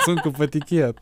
sunku patikėt